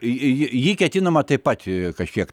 j jį jį ketinama taip pat kažkiek